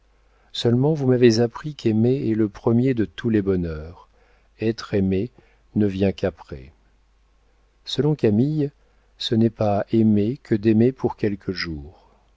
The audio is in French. seulement vous m'avez appris qu'aimer est le premier de tous les bonheurs être aimé ne vient qu'après selon camille ce n'est pas aimer que d'aimer pour quelques jours